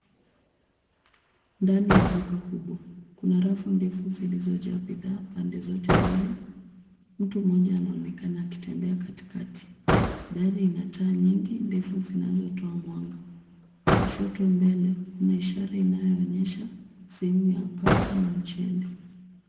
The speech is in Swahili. Ndani ya duka kubwa, kuna rafu ndefu zilizojaa bidhaa pande zote mbili. Mtu mmoja anaonekana akitembea katikati. Dari ina taa nyingi ndefu zinazotoa mwanga. Kushoto mbele, kuna ishara inayoonyesha sehemu ya pasta na mchele.